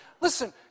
Listen